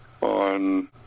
on